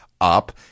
up